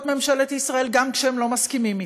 ממשלת ישראל גם כשהם לא מסכימים להן,